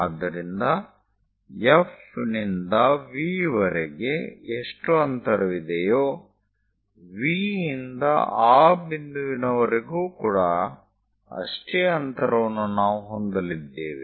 ಆದ್ದರಿಂದ F ನಿಂದ V ವರೆಗೆ ಎಷ್ಟು ಅಂತರವಿದೆಯೋ V ಇಂದ ಆ ಬಿಂದುವಿನವರೆಗೂ ಕೂಡಾ ಅಷ್ಟೇ ಅಂತರವನ್ನು ನಾವು ಹೊಂದಲಿದ್ದೇವೆ